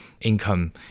income